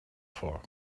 for